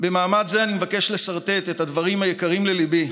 במעמד זה אני מבקש לסרטט את הדברים היקרים לליבי,